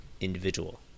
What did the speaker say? individual